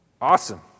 Awesome